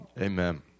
Amen